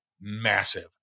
massive